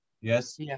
Yes